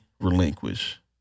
relinquish